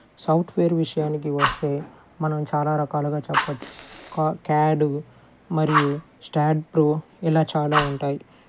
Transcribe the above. software విషయానికి వస్తే మనం చాలా రకాలుగా చెప్పచ్చు కా క్యాడు మరియు స్టాడ్ ప్రో ఇలా చాలా ఉంటాయి